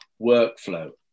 workflow